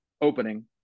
opening